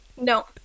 No